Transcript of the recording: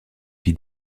vie